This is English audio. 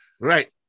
Right